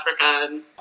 africa